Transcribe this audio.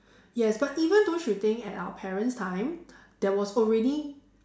yes but even don't you think at our parent's time there was already